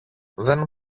δεν